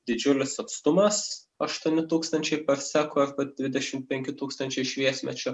didžiulis atstumas aštuoni tūkstančiai parsekų arba dvidešimt penki tūkstančiai šviesmečių